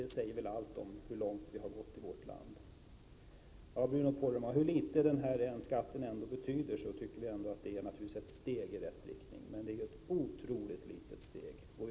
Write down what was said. Det säger väl allt om hur långt vi har gått i vårt land. Oavsett hur litet den här skatten betyder tycker vi ändå att den är ett steg i rätt riktning, Bruno Poromaa, men det är ett otroligt litet steg.